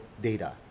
data